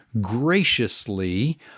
graciously